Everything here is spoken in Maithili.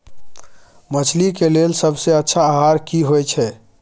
मछली के लेल सबसे अच्छा आहार की होय छै?